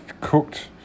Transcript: cooked